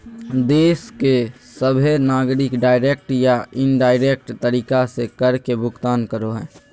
देश के सभहे नागरिक डायरेक्ट या इनडायरेक्ट तरीका से कर के भुगतान करो हय